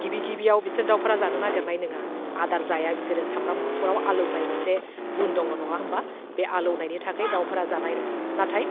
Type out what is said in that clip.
गिबि गिबियाव बिसोर दाउफोरा जानो नागिरनाय नङा आदार जाया बिसोरो सामब्राम गुफुराव आलौनाय मोनसे गुन दङ नङा होम्बा बे आलौनायनि थाखाय दाउफोरा जानाय नङा नाथाय